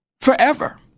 forever